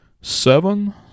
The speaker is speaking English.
seven